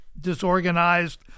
disorganized